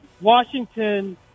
Washington